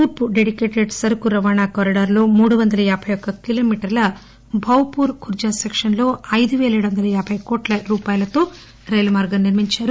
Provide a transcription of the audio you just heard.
తూర్పు డెడికేటెడ్ సరుకు రవాణా కారిడార్టో మూడువందల యాబై ఒక్క కిలోమీటర్ల భౌపూర్ ఖుర్జా సెక్కన్లో ఐదుపేల ఏడువందల యాబై కోట్ల రూపాయలతో రైలు మార్గం నిర్మించారు